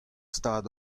stad